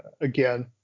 again